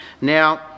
now